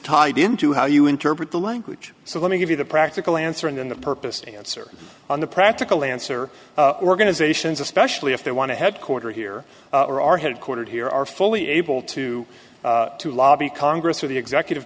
tied into how you interpret the language so let me give you the practical answer in the purpose to answer on the practical answer organizations especially if they want to headquarter here or are headquartered here are fully able to to lobby congress or the executive